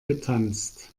getanzt